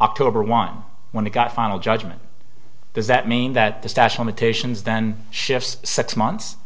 october won when they got final judgment does that mean that the stache limitations then shifts six months